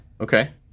Okay